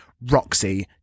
Roxy